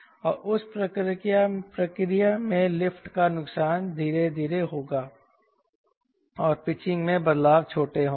और उस प्रक्रिया में लिफ्ट का नुकसान धीरे धीरे होगा और पिचिंग में बदलाव छोटे होंगे